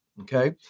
Okay